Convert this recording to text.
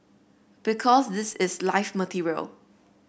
because this is live material